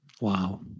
Wow